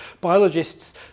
biologists